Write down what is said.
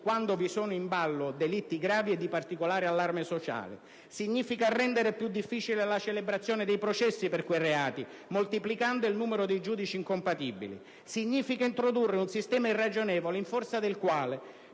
quando vi sono in ballo delitti gravi e di particolare allarme sociale; significa rendere più difficile la celebrazione dei processi per quei reati moltiplicando il numero dei giudici incompatibili, significa introdurre un sistema irragionevole in forza del quale